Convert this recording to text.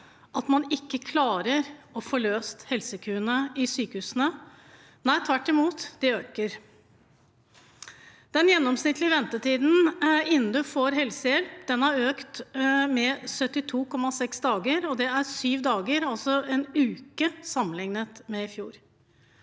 kr, ikke klarer å få løst helsekøene i sykehusene. Nei, tvert imot: De øker. Den gjennomsnittlige ventetiden innen man får helsehjelp, har økt med 72,6 dager, og det er en økning på 7 dager – altså en uke – sammenlignet med i fjor.